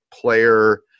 player